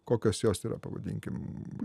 kokios jos yra pavadinkim